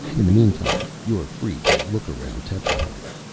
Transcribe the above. in the meantime, you're free to look around tetrahyde.